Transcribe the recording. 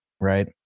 right